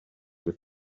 with